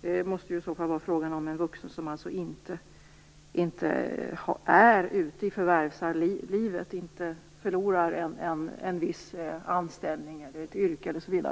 Det måste i så fall vara fråga om vuxna som inte är ute i förvärvslivet, och inte förlorar en viss anställning eller yrke osv.